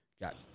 Got